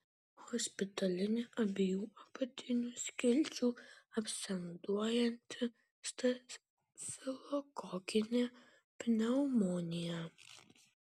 hospitalinė abiejų apatinių skilčių absceduojanti stafilokokinė pneumonija